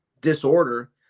disorder